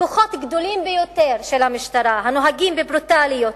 כוחות גדולים ביותר של המשטרה, הנוהגים בברוטליות.